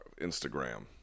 Instagram